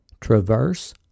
Traverse